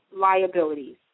liabilities